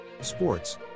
Sports